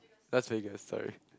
Las Vegas sorry